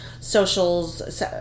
socials